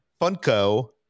Funko